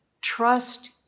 Trust